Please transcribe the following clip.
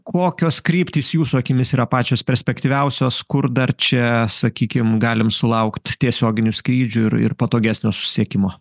kokios kryptys jūsų akimis yra pačios perspektyviausios kur dar čia sakykim galim sulaukt tiesioginių skrydžių ir ir patogesnio susisiekimo